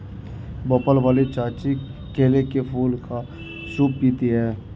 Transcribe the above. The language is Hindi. भोपाल वाली चाची केले के फूल का सूप पीती हैं